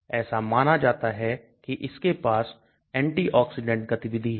ऐसा माना जाता है कि इसके पास एंटीऑक्सीडेंट गतिविधि है